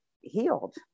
healed